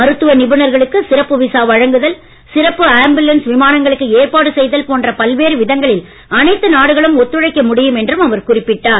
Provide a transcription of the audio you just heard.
மருத்துவ நிபுணர்களுக்கு சிறப்பு விசா வழங்குதல் சிறப்பு ஆம்புலன்ஸ் விமானங்களுக்கு ஏற்பாடு செய்தல் போன்ற பல்வேறு விதங்களில் அனைத்து நாடுகளும் ஒத்துழைக்க முடியும் என்றும் அவர் குறிப்பிட்டார்